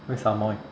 where's amoy